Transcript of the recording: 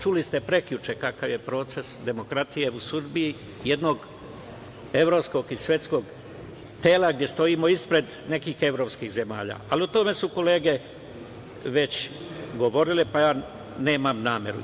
Čuli ste preključe kakav je proces demokratije u Srbiji, jednog evropskog i svetskog tela gde stojimo ispred nekih evropskih zemalja, ali o tome su kolege već govorile, pa nemam nameru.